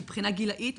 מבחינה גילאית,